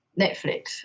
Netflix